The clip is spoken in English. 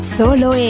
solo